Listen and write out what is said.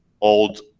old